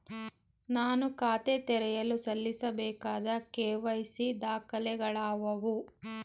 ನಾನು ಖಾತೆ ತೆರೆಯಲು ಸಲ್ಲಿಸಬೇಕಾದ ಕೆ.ವೈ.ಸಿ ದಾಖಲೆಗಳಾವವು?